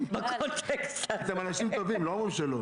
לבוא ולהגיד לרופא,